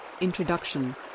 introduction